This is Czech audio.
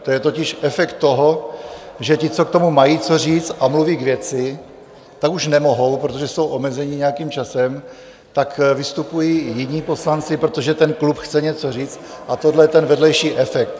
To je totiž efekt toho, že ti, co k tomu mají co říct a mluví k věci, tak už nemohou, protože jsou omezeni nějakým časem, tak vystupují jiní poslanci, protože ten klub chce něco říct, a toto je ten vedlejší efekt.